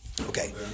Okay